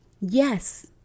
yes